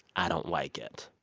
i don't like it.